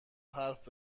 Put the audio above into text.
حرف